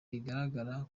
bigaragara